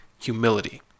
humility